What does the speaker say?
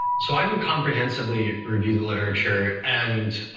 so i didn't comprehensively review the literature, and